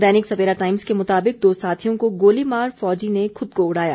दैनिक Savera Times के मुताबिक दो साथियों को गोली मार फौजी ने खुद को उड़ाया